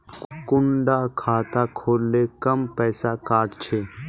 कुंडा खाता खोल ले कम पैसा काट छे?